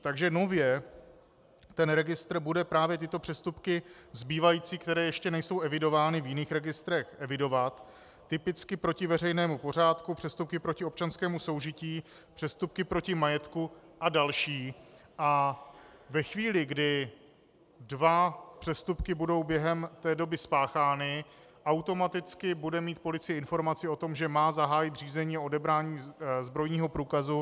Takže nově registr bude právě tyto zbývající přestupky, které ještě nejsou evidovány v jiných registrech, evidovat, typicky proti veřejnému pořádku, přestupky proti občanskému soužití, přestupky proti majetku a další, a ve chvíli, kdy dva přestupky budou během té doby spáchány, automaticky bude mít policie informaci o tom, že má zahájit řízení o odebrání zbrojního průkazu.